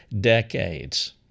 decades